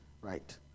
Right